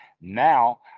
now